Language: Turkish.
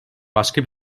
başka